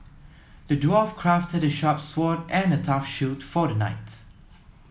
the dwarf crafted a sharp sword and a tough shield for the knight